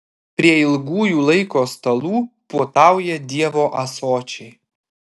prie ilgųjų laiko stalų puotauja dievo ąsočiai